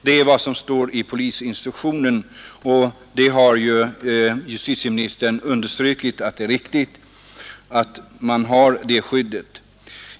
Det är vad som står i polisinstruktionen, och justitieministern har understrukit att det är riktigt att man bör ha det skyddet.